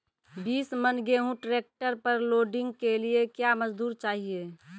बीस मन गेहूँ ट्रैक्टर पर लोडिंग के लिए क्या मजदूर चाहिए?